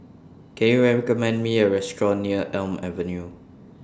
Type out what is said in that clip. Can YOU recommend Me A Restaurant near Elm Avenue